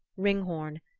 ringhorn,